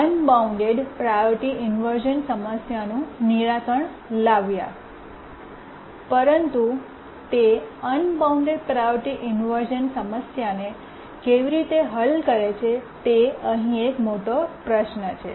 તે unbound priority ઇન્વર્શ઼નની સમસ્યાનું નિરાકરણ લાવ્યું પરંતુ તે અનબાઉન્ડ પ્રાયોરિટી ઇન્વર્શ઼ન સમસ્યાને કેવી રીતે હલ કરે છે તે અહીં એક મોટો પ્રશ્ન છે